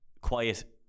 quiet